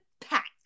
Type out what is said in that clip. pack